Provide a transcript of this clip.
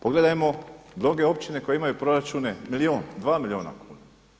Pogledajmo mnoge općine koje imaju proračune milijun, dva milijuna kuna.